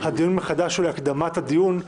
הדיון מחדש הוא להקדמת הדיון,